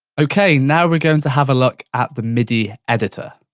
okay, now we're going to have a look at the midi editor.